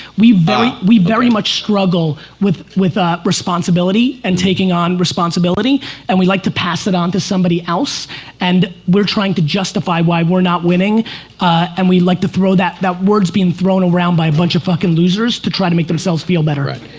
we very we very much struggle with with ah responsibility and taking on responsibility and we like to pass it on to somebody else and we're trying to justify why we're not winning and we like to throw that, that words being thrown around by a bunch of fuckin' losers to try to make themselves feel better. right.